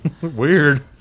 weird